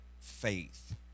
faith